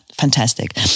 fantastic